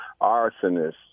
arsonists